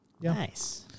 Nice